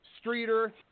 Streeter